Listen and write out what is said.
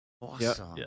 Awesome